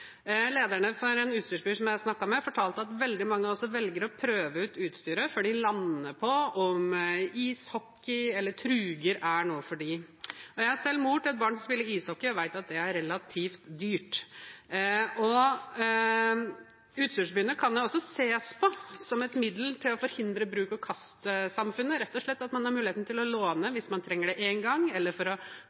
Lederne for en utstyrsbod, som jeg har snakket med, fortalte at veldig mange også velger å prøve ut utstyret før de lander på om ishockey eller truger er noe for dem. Jeg er selv mor til et barn som spiller ishockey, og vet at det er relativt dyrt. Utstyrsbodene kan også ses på som et middel til å forhindre bruk-og-kast-samfunnet, rett og slett ved at man har muligheten til å låne hvis man trenger det én gang, eller til å